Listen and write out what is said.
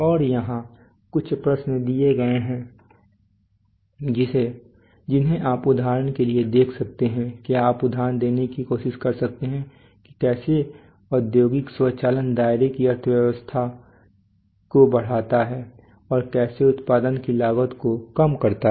और यहां कुछ प्रश्न दिए गए हैं जिन्हें आप उदाहरण के लिए देख सकते हैं क्या आप उदाहरण देने की कोशिश कर सकते हैं कि कैसे औद्योगिक स्वचालन दायरा की अर्थव्यवस्था को बढ़ाता है और कैसे उत्पादन की लागत को कम करता है